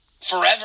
forever